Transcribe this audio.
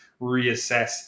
reassess